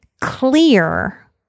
clear